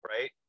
right